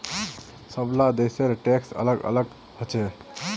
सबला देशेर टैक्स दर अलग अलग ह छेक